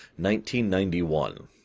1991